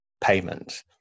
payment